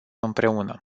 împreună